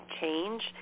change